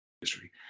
history